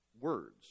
words